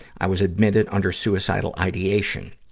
i was admitted under suicidal ideation.